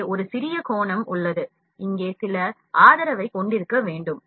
இங்கே ஒரு சிறிய கோணம் உள்ளது இங்கே சில ஆதரவைக் கொண்டிருக்க வேண்டும்